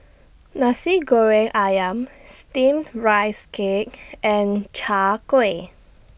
Nasi Goreng Ayam Steamed Rice Cake and Chai Kuih